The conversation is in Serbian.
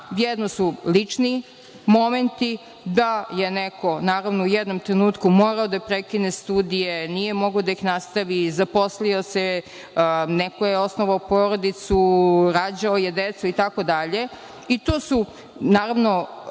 jedno su lični momenti, da je neko u jednom trenutku morao da prekine studije, nije mogao da ih nastavi, zaposlio se, neko je osnovao porodicu, rađao decu, itd,